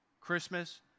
Christmas